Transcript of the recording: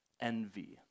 envy